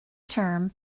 term